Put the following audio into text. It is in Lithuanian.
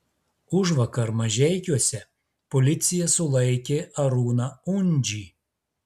užvakar mažeikiuose policija sulaikė arūną undžį